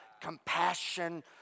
compassion